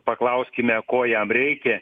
paklauskime ko jam reikia